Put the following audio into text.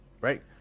right